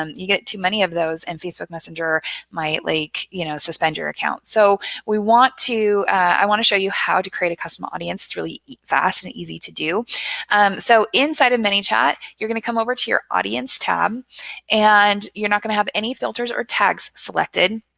um you get too many of those. and facebook messenger might like, you know, suspend your accounts. so we want to i want to show you how to create a custom audience is really fast and easy to do. i'm so inside of manychat, you're going to come over to your audience tab and you're not going to have any filters or tags selected.